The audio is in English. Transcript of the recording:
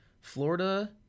Florida